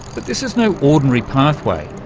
but this is no ordinary pathway,